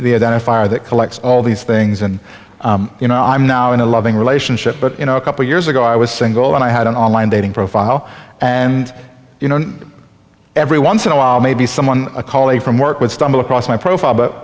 identifier that collects all these things and you know i'm now in a loving relationship but you know a couple years ago i was single and i had an online dating profile and you know every once in a while maybe someone a colleague from work would stumble across my profile but